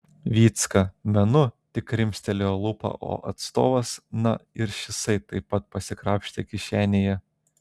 vycka menu tik krimstelėjo lūpą o atstovas na ir šisai taip pat pasikrapštė kišenėje